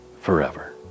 forever